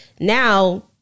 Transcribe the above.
Now